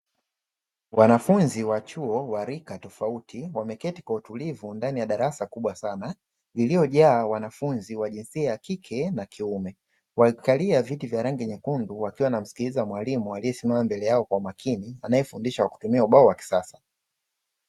Wanafunzi wa chuo wa rika tofauti, wameketi kwa utulivu ndani ya darasa kubwa sana lililojaa wanafunzi wa jinsia ya kike na kiume. Wamekalia viti vya rangi nyekundu wakiwa wanamsikiliza mwalimu aliyesimama mbele yao kwa umakini, anayefundisha kwa kutumia ubao wa kisasa.